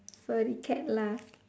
furry cat lah